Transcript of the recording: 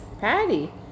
Patty